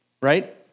right